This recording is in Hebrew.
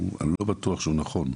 אני לא בטוח שהוא נכון.